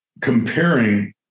comparing